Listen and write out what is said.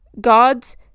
God's